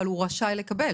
אבל הוא ראשי לקבל,